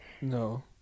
No